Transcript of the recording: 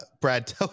Brad